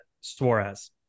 Suarez